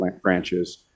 branches